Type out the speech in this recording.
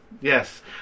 Yes